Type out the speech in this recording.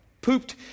pooped